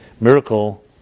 miracle